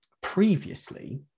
previously